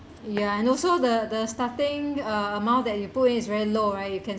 ya and also the the starting uh amount that you put is very low right you can